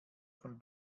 von